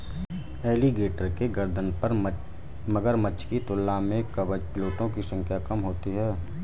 alligator के गर्दन पर मगरमच्छ की तुलना में कवच प्लेटो की संख्या कम होती है